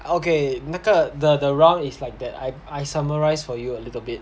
okay 那个 the the round is like that I I summarize for you a little bit